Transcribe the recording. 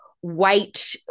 white